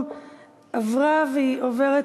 לשם מניעת ביצוע עבירות (תיקון מס' 2),